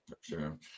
Sure